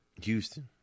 Houston